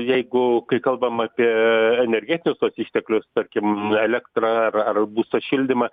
jeigu kai kalbam apie energetinius tuos išteklius tarkim elektra ar ar būsto šildymas